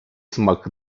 смак